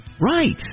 right